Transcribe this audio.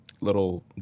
little